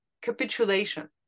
capitulation